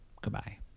Goodbye